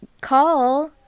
call